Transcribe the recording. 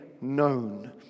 known